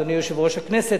אדוני יושב-ראש הכנסת,